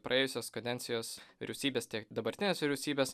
praėjusios kadencijos vyriausybės tiek dabartinės vyriausybės